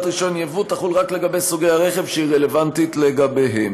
רישיון יבוא תחול רק לגבי סוגי הרכב שהיא רלוונטית לגביהם.